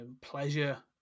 pleasure